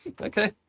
okay